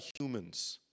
humans